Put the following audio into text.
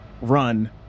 run